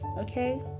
Okay